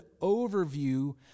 overview